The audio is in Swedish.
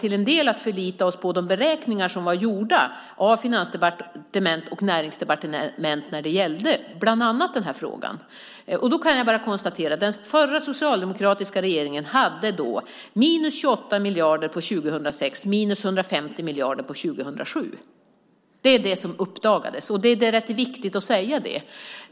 till en del hade vi att förlita oss på de beräkningar som gjorts av Finansdepartementet och Näringsdepartementet. Det gällde bland annat frågan om transportstödet. Jag kan då konstatera att den socialdemokratiska regeringen hade minus 28 miljarder för 2006 och minus 150 miljarder för 2007. Det var det som uppdagades, vilket är ganska viktigt att säga.